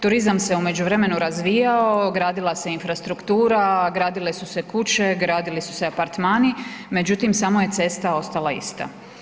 Turizam se u međuvremenu razvijao, gradila se infrastruktura, gradile su se kuće, gradili su se apartmani, međutim samo je cesta ostala ista.